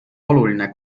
oluline